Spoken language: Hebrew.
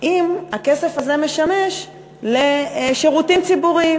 הכסף הזה משמש לשירותים ציבוריים.